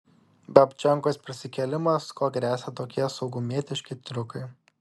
babčenkos prisikėlimas kuo gresia tokie saugumietiški triukai